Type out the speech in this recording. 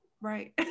Right